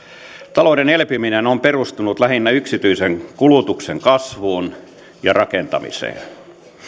talouden elpyminen on perustunut lähinnä yksityisen kulutuksen kasvuun ja rakentamiseen